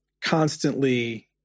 constantly